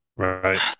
Right